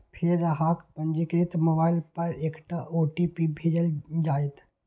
फेर अहांक पंजीकृत मोबाइल पर एकटा ओ.टी.पी भेजल जाएत